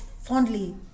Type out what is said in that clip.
fondly